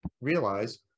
realize